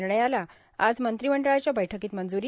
निर्णयाला आज मंत्रिमंडळाच्या बैठकीत मंजूरी